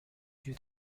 due